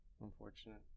unfortunate